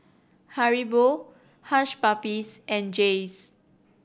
Haribo Hush Puppies and Jays